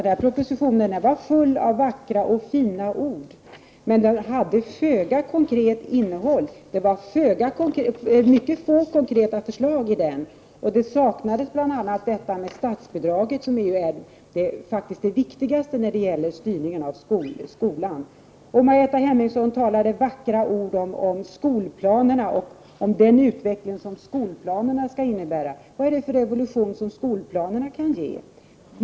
Den propositionen var full av vackra ord, men den hade föga av konkret innehåll. Det var mycket få konkreta förslag i den; bl.a. saknades förslag om statsbidragen, som faktiskt är det viktigaste när det gäller styrningen av skolan. Margareta Hemmingsson talade vackert om den utveckling som skolplanerna skall innebära. Vad är det för revolution som skolplanerna kan ge?